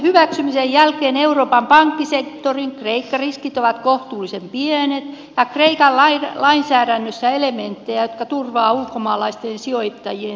pakettimme hyväksymisen jälkeen euroopan pankkisektorin kreikka riskit ovat kohtuullisen pienet ja kreikan lainsäädännössä on elementtejä jotka turvaavat ulkomaalaisten sijoittajien saatavia